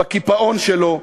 בקיפאון שלו,